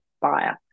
buyer